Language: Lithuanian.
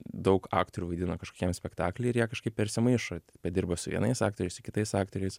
daug aktorių vaidina kažkokiam spektakly ir jie kažkaip persimaišo padirba su vienais aktoriais su kitais aktoriais